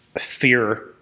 fear